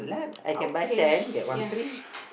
okay ya